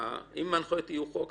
אם ההנחיות יהיו חוק,